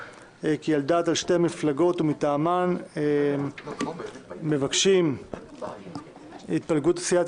כי על דעת שתי המפלגות ומטעמן הם מבקשים התפלגות סיעת